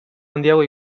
handiago